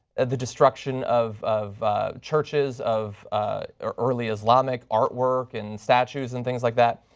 the destruction of of churches, of early islamic artwork and statues and things like that,